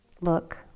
look